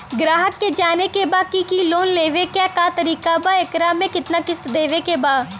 ग्राहक के जाने के बा की की लोन लेवे क का तरीका बा एकरा में कितना किस्त देवे के बा?